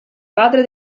padre